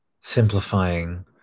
simplifying